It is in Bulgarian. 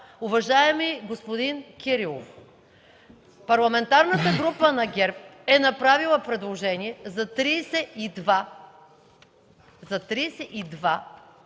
Уважаеми господин Кирилов, Парламентарната група на ГЕРБ е направила предложение за 32